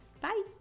Bye